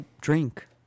drink